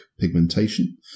pigmentation